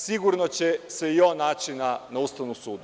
Sigurno će se i on naći na Ustavnom sudu.